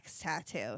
tattoo